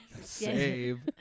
Save